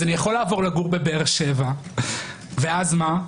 אז אני יכול לבוא לגור בבאר-שבע, ואז מה?